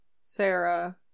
Sarah